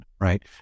Right